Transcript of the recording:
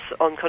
on